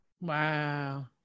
Wow